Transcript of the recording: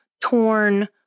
torn